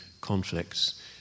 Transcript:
conflicts